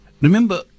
Remember